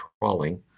trawling